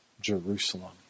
Jerusalem